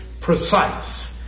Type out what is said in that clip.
precise